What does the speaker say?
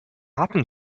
happen